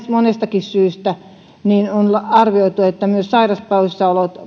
monestakin syystä on arvioitu että myös sairauspoissaolot